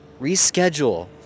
Reschedule